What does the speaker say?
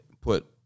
put